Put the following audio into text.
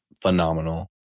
phenomenal